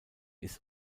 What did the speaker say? ist